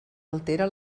altera